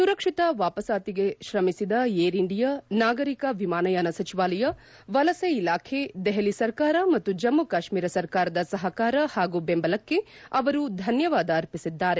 ಸುರಕ್ಷಿತ ವಾಪಸಾತಿಗೆ ಶ್ರಮಿಸಿದ ಏರ್ ಇಂಡಿಯಾ ನಾಗರಿಕ ವಿಮಾನಯಾನ ಸಚಿವಾಲಯ ವಲಸೆ ಇಲಾಖೆ ದೆಹಲಿ ಸರ್ಕಾರ ಮತ್ತು ಜಮ್ಮು ಕಾಶ್ಮೀರ ಸರ್ಕಾರದ ಸಹಕಾರ ಹಾಗೂ ಬೆಂಬಲಕ್ಕೆ ಅವರು ಧನ್ಯವಾದ ಅರ್ಪಿಸಿದ್ದಾರೆ